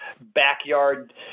backyard